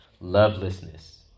lovelessness